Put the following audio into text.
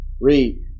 Read